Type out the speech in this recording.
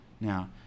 Now